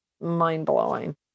mind-blowing